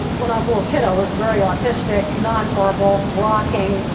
when i was a little kid i was very autistic, non-verbal, rocking.